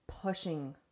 pushing